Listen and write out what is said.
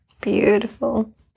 beautiful